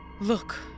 Look